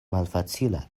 malfacila